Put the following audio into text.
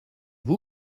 vous